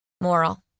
Moral